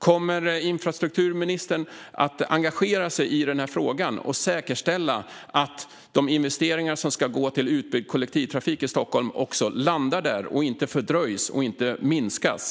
Kommer infrastrukturministern att engagera sig i den här frågan och säkerställa att de investeringar som ska gå till utbyggd kollektivtrafik i Stockholm också landar där och inte fördröjs och minskas?